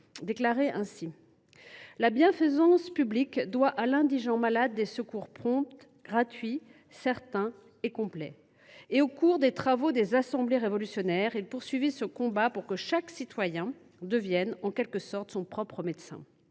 déclarait :« La bienfaisance publique doit à l’indigent malade des secours prompts, gratuits, certains et complets. » Au cours des travaux des assemblées révolutionnaires, il poursuivit ce combat pour que chaque citoyen devienne, en quelque sorte, son propre médecin.